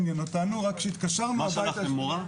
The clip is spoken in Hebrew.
מה שלחתם מורה?